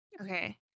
Okay